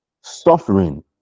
suffering